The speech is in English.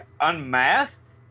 Unmasked